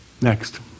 Next